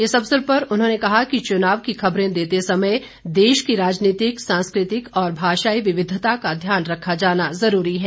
इस अवसर पर उन्होंने कहा कि चुनाव की खबरें देते समय देश की राजनीतिक सांस्कृतिक और भाषाई विविधता का ध्यान रखा जाना जरूरी है